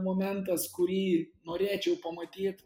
momentas kurį norėčiau pamatyt